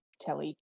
telly